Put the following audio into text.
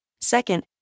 Second